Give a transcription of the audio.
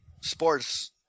sports